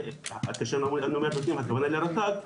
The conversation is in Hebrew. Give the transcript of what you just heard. כשאני אומר "נותנים" הכוונה היא לרת"ג,